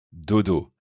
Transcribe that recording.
dodo